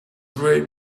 great